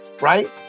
Right